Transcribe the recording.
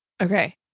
okay